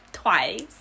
twice